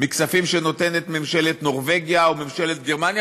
מכספים שנותנת ממשלת נורבגיה או ממשלת גרמניה,